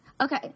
Okay